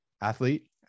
athlete